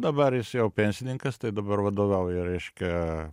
dabar jis jau pensininkas tai dabar vadovauja reiškia